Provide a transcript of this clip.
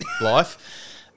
life